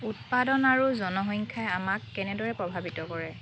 উৎপাদন আৰু জনসংখ্যাই আমাক কেনেদৰে প্ৰভাৱিত কৰে